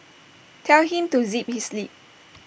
tell him to zip his lip